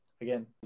again